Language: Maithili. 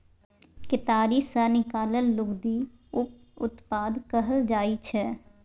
केतारी सँ निकलल लुगदी उप उत्पाद कहल जाइ छै